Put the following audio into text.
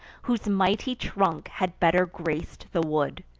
whose mighty trunk had better grac'd the wood,